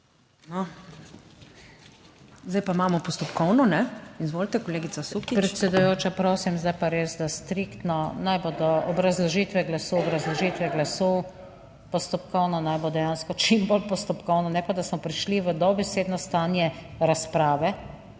No, zdaj pa imamo postopkovno. Izvolite, kolegica Sukič. NATAŠA SUKIČ (PS Levica): Predsedujoča, prosim zdaj pa res, da striktno naj bodo obrazložitve glasu obrazložitve glasu, postopkovno naj bo dejansko čim bolj postopkovno, ne pa da smo prišli v dobesedno stanje razprave.